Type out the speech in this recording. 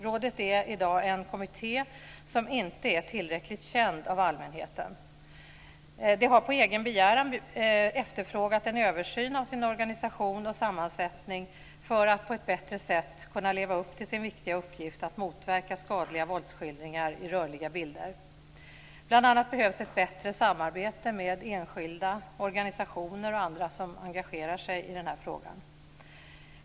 Rådet är i dag en kommitté som inte är tillräckligt känd av allmänheten. Det har på egen begäran efterfrågat en översyn av sin organisation och sammansättning för att på ett bättre sätt kunna leva upp till sin viktiga uppgift att motverka skadliga våldsskildringar i rörliga bilder. Bl.a. behövs ett bättre samarbete med enskilda, organisationer och andra som engagerar sig i den här frågan.